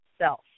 self